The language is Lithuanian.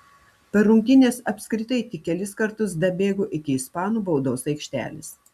per rungtynes apskritai tik kelis kartus dabėgo iki ispanų baudos aikštelės